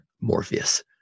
Morpheus